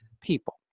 People